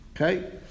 Okay